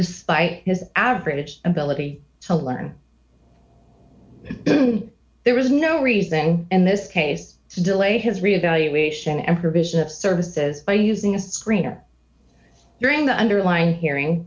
despite his average ability to learn there is no reason in this case to delay his reevaluation and provision of services by using a screener during the underlying hearing